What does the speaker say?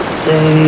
say